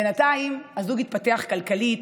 בינתיים, הזוג התפתח כלכלית.